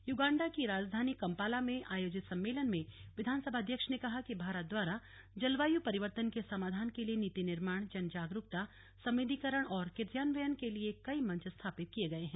Uganda की राजधानी Kampala में आयोजित सम्मेलन में विधानसभा अध्यक्ष ने कहा कि भारत द्वारा जलवायु परिवर्तन के समाधान के लिए नीति निर्माण जन जागरूकता संवेदीकरण और क्रियान्वयन के लिए कई मंच स्थापित किए गए हैं